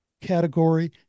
Category